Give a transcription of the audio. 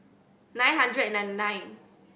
nine hundred and ninety nine